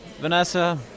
Vanessa